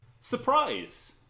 Surprise